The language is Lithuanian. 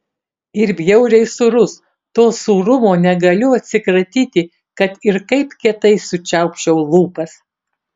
ir bjauriai sūrus to sūrumo negaliu atsikratyti kad ir kaip kietai sučiaupčiau lūpas